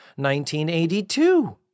1982